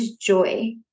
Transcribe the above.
joy